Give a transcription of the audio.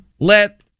let